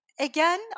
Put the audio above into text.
again